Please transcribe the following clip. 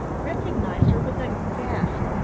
recognised her with a gasp.